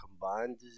combined